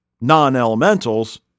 non-elementals